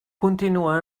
continua